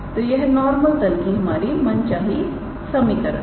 तो यह नॉर्मल तल की हमारी मनचाही समीकरण है